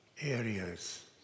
areas